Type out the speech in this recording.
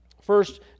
First